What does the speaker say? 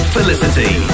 Felicity